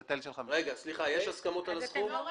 יש הסכמות על הסכום?